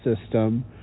system